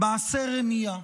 מעשה רמייה,